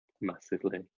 Massively